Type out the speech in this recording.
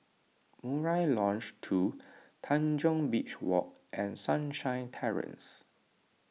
Murai Lodge two Tanjong Beach Walk and Sunshine Terrace